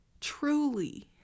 truly